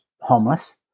homeless